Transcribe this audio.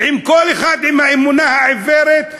כל אחד עם האמונה העיוורת: